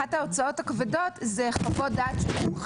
יש חשש עתידי לא בדבר הזה עצמו,